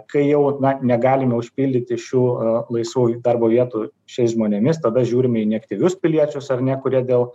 kai jau na negalime užpildyti šių laisvų darbo vietų šiais žmonėmis tada žiūrime į neaktyvius piliečius ar ne kurie dėl